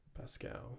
Pascal